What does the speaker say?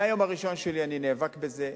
מהיום הראשון שלי אני נאבק בזה.